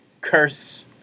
Curse